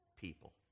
people